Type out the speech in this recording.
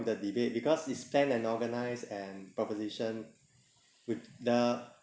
the debate because it's planned and organised and proposition with the